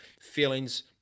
feelings